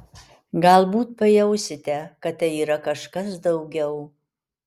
galbūt pajausite kad tai yra kažkas daugiau